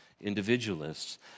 individualists